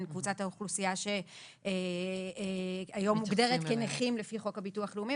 קבוצת האוכלוסייה שהיום מוגדרת כנכים לפי חוק הביטוח לאומי,